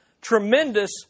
tremendous